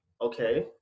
okay